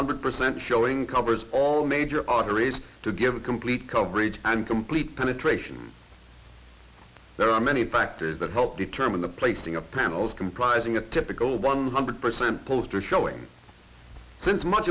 hundred percent showing covers all major arteries to give a complete coverage and complete penetration there are many factors that help determine the placing of panels comprising a typical one hundred percent poster showing since much